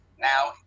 now